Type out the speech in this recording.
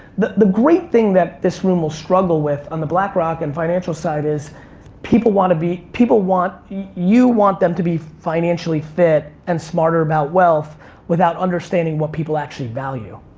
the the great thing that this room will struggle with on the blackrock and financial side is people want to be, people want, you want them to be financially fit and smarter about wealth without understanding what people actually value.